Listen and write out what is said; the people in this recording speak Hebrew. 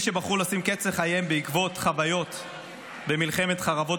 במי שבחרו לשים קץ לחייהם בעקבות חוויות במלחמת חרבות